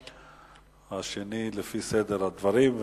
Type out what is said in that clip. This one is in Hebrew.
השני לפי סדר הדוברים.